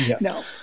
No